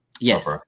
Yes